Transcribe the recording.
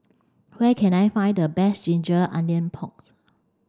where can I find the best Ginger Onion Porks